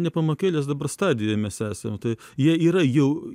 ne pamokėlės dabar stadijoj mes esam tai jie yra jau